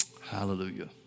Hallelujah